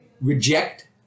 reject